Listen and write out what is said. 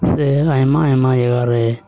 ᱥᱮ ᱟᱭᱢᱟ ᱟᱭᱢᱟ ᱡᱟᱭᱜᱟ ᱨᱮ